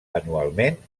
anualment